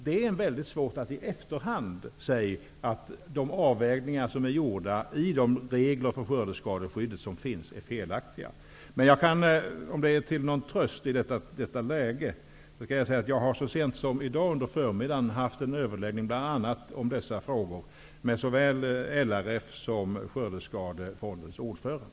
Det är svårt att i efterhand säga att de avvägningar som är gjorda i reglerna för skördeskadeskyddet är felaktiga, men jag kan, om det är till någon tröst i detta läge, berätta att jag så sent som i dag under förmiddagen haft en överläggning om bl.a. dessa frågor med såväl LRF som Skördeskadefondens ordförande.